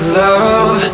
love